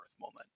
moment